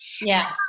Yes